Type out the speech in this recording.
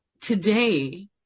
Today